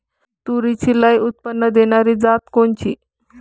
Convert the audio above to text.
तूरीची लई उत्पन्न देणारी जात कोनची?